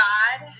God